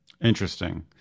Interesting